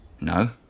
No